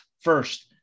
first